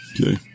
Okay